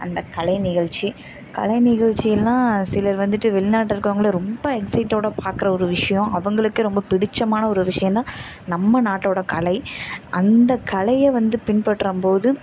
அந்த கலை நிகழ்ச்சி கலை நிகழ்ச்சியெல்லாம் சிலர் வந்துட்டு வெளிநாட்டில் இருக்குறவங்கள ரொம்ப எக்ஸைட்டோடு பார்க்குற ஒரு விஷயம் அவர்களுக்கு ரொம்ப பிடித்தமனா ஒரு விஷயம் தான் நம்ம நாட்டோடய கலை அந்த கலையை வந்து பின்பற்றும் போது